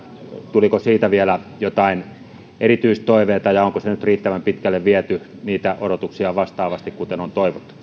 tuliko siitä vielä joitain erityistoiveita ja onko se nyt riittävän pitkälle viety niitä odotuksia vastaavasti kuten on